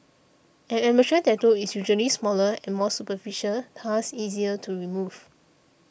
an amateur tattoo is usually smaller and more superficial thus easier to remove